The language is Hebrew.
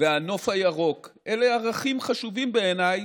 והנוף הירוק אלה ערכים חשובים בעיניי,